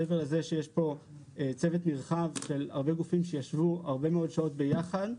מעבר לזה שיש כאן צוות נרחב של הרבה גופים שישבו הרבה מאוד שעות ביחד,